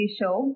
show